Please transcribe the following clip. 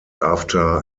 after